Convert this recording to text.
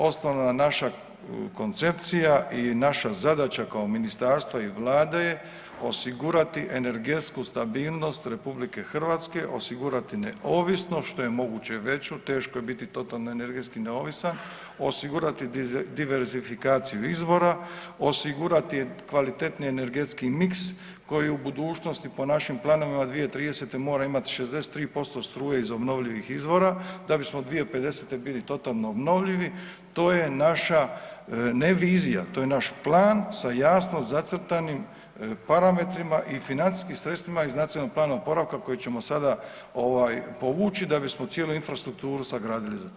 Osnovna naša koncepcija i naša zadaća kao ministarstva i Vlade je osigurati energetsku stabilnost RH, osigurati neovisnost što je moguće veću, teško je biti totalno energetski neovisan, osigurati diverzifikaciju izvora, osigurati kvalitetni energetski mix koji u budućnosti po našim planovima 2030.-te mora imati 63% struje iz obnovljivih izvora da bismo 2050. bili totalno obnovljivi, to je naša ne vizija, to je naš plan sa jasno zacrtanim parametrima i financijskim sredstvima iz Nacionalnog plana oporavka koji ćemo sada ovaj povući da bismo cijelu infrastrukturu sagradili za to.